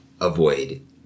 avoid